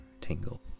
tingle